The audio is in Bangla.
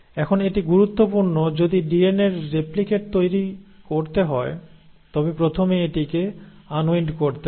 এখন এটি গুরুত্বপূর্ণ যদি ডিএনএ এর রেপ্লিকেট তৈরি করতে হয় তবে প্রথমে এটিকে আনউইন্ড করতে হবে